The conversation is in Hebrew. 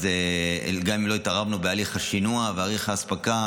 אז גם אם לא התערבנו בתהליך השינוע ותהליך האספקה,